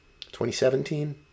2017